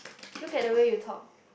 look at the way you talk